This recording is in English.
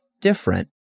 different